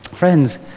friends